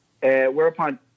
Whereupon